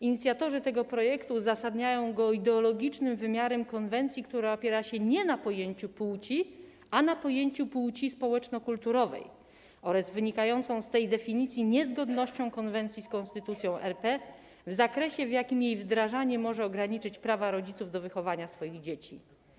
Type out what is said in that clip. Inicjatorzy tego projektu uzasadniają go ideologicznym wymiarem konwencji, która opiera się nie na pojęciu płci, a na pojęciu płci społeczno-kulturowej oraz wynikającą z tej definicji niezgodnością konwencji z Konstytucją RP w zakresie, w jakim jej wdrażanie może ograniczać prawa rodziców do wychowywania swoich dzieci.